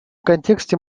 контексте